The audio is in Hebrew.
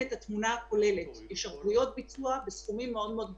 את התמונה הכוללת בסכומים מאוד-מאוד גבוהים.